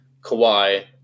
Kawhi